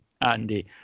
Andy